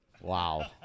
Wow